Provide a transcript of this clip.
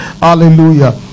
Hallelujah